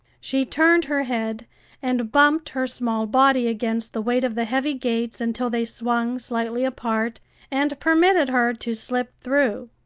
she turned her head and bumped her small body against the weight of the heavy gates until they swung slightly apart and permitted her to slip through.